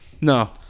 No